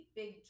big